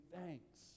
thanks